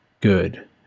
good